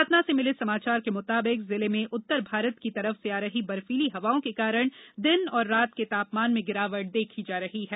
सतना से मिले समाचार के मुताबकि जिले में उत्तर भारत की तरफ से आ रही बर्फीली हवाओं के कारण दिन रात के तापमान में गिरावट देखी जा रही है